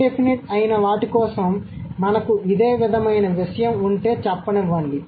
in డెఫినిట్మైన వాటి కోసం మనకు ఇదే విధమైన విషయం ఉంటే చెప్పనివ్వండి